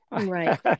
Right